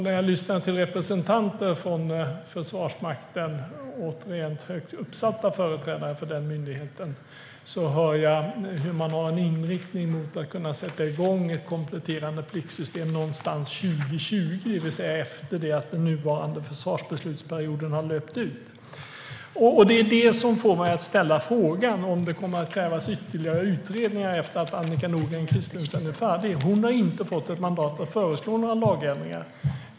När jag lyssnar till representanter för Försvarsmakten - och högt uppsatta företrädare för den myndigheten - hör jag hur man har en inriktning mot att kunna sätta igång ett kompletterande pliktsystem någonstans kring 2020, det vill säga efter det att den nuvarande försvarsbeslutsperioden har löpt ut. Det är det som får mig att ställa frågan om det kommer att krävas ytterligare utredningar efter att Annika Nordgren Christensen är färdig. Hon har inte fått mandat att föreslå några lagändringar.